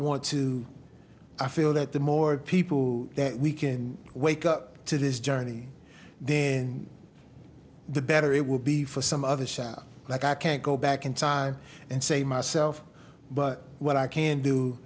want to i feel that the more people who we can wake up to this journey in the better it will be for some other sound like i can't go back in time and say myself but what i can do